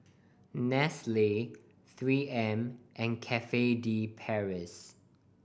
nestle Three M and Cafe De Paris